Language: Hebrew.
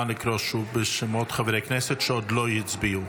נא לקרוא שוב בשמות חברי הכנסת שעוד לא הצביעו.